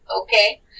okay